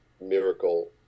Miracle